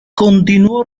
continuó